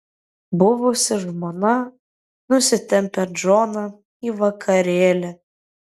buvusi žmona nusitempia džoną į vakarėlį